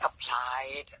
applied